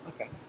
Okay